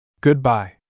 Goodbye